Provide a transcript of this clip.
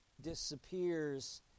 disappears